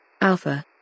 Alpha